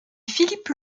philippe